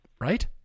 right